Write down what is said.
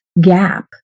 gap